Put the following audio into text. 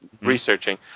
researching